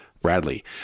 Bradley